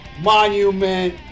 Monument